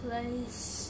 place